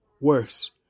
Worse